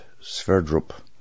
Sverdrup